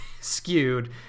skewed